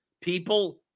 people